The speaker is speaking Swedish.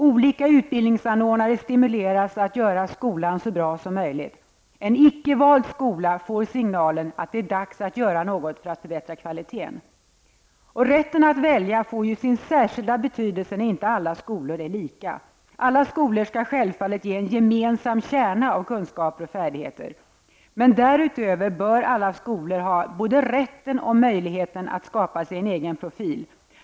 Olika utbildningsanordnare stimuleras att göra skolan så bra som möjligt. En icke-vald skola får signalen att det är dags att göra något för att förbättra kvaliteten. Rätten att välja får sin särskilda betydelse när inte alla skolor är lika. Alla skolor skall självfallet ge en gemensam kärna av kunskaper och färdigheter, men därutöver bör alla skolor ha rätten och möjligheten att skapa sig en särskild profil.